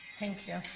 thank you.